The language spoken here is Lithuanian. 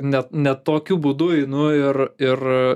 net ne tokiu būdu einu ir ir